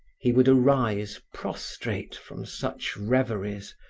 he would arise prostrate from such reveries,